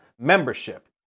membership